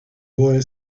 boy